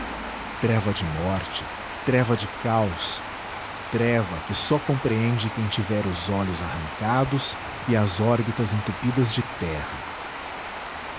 treva de morte treva de caos treva que só compreende quem tiver os olhos arrancados e as órbitas entupidas de terra